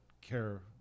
care